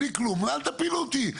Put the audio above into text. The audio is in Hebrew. אל תפילו אותי,